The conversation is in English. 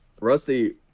Rusty